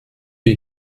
wir